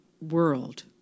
world